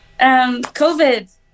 COVID